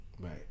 Right